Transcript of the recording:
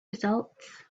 results